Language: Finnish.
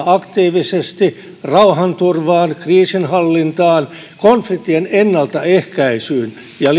aktiivisesti rauhanturvaan kriisinhallintaan konfliktien ennaltaehkäisyyn ja